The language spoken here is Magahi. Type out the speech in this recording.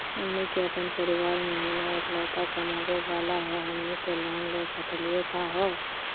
हमनी के अपन परीवार महिना एकलौता कमावे वाला हई, हमनी के लोन ले सकली का हो?